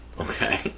Okay